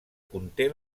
conté